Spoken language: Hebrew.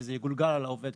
וזה יגולגל על העובד,